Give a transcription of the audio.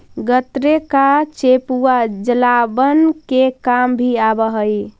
गन्ने का चेपुआ जलावन के काम भी आवा हई